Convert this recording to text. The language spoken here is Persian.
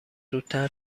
زودتر